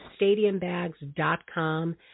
stadiumbags.com